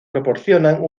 proporcionan